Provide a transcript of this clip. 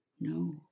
No